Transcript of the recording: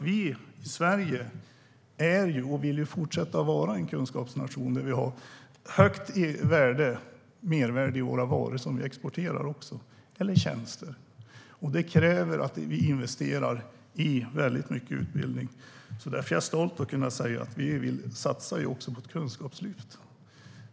Vi, Sverige, är och vill fortsätta vara en kunskapsnation där vi har högt mervärde i de varor och tjänster som vi exporterar. Det kräver att vi investerar mycket i utbildning. Därför är jag stolt över att kunna säga att vi också satsar på ett kunskapslyft.